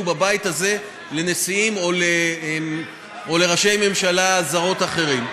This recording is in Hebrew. בבית הזה לנשיאים או לראשי ממשלה זרים אחרים.